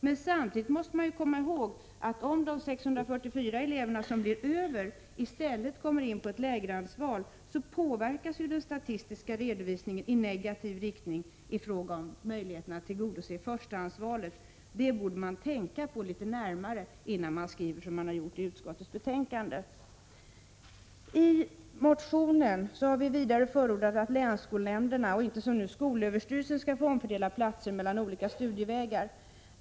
Men samtidigt måste man komma ihåg att om de 644 elever som blir över i stället kommer in på ett ”lägrehandsval”, påverkas den statistiska redovisningen i negativ riktning i fråga om möjligheterna att tillgodose förstahandsvalet. Detta borde man tänka på litet närmare innan man skriver som man har gjort i utskottsbetänkandet. I motionen har vi vidare förordat att länsskolnämnderna och inte som nu skolöverstyrelsen skall få omfördela platser mellan olika studievägar.